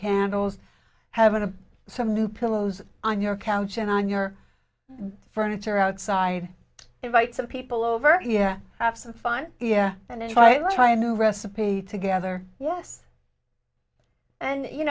candles have a some new pillows on your couch and on your furniture outside invite some people over yeah have some fun yeah and then try try a new recipe together yes and you